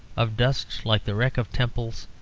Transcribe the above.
of dust like the wreck of temples,